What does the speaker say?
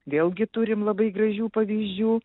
vėlgi turim labai gražių pavyzdžių